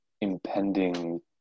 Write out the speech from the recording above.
impending